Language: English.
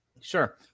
Sure